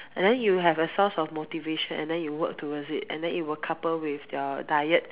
and then you have a source of motivation and then you work towards it and then it will couple with your diet